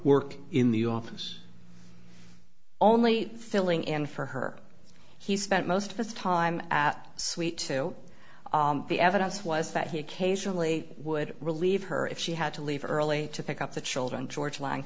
work in the office only filling in for her he spent most of his time at suite two the evidence was that he occasionally would relieve her if she had to leave early to pick up the children george la